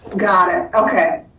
got it, okay.